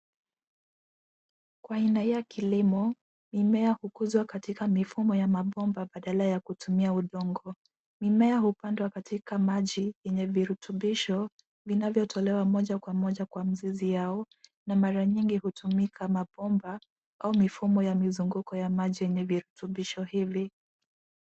Kwa aina hii ya kilimo, mimea hukuzwa katika mifumo ya mabomba badala ya kutumia udongo. Mimea hupandwa katika maji yenye virutubisho vinavyotolewa moja kwa moja kwa mizizi yao na mara nyingi hutumika mabomba au mifumo ya mizunguko ya maji yenye virutubisho hivi.